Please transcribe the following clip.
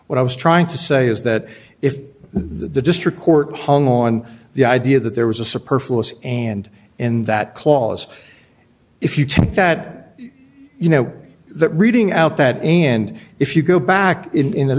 what i was trying to say is that if the district court hung on the idea that there was a superb and in that clause if you took that you know that reading out that and if you go back in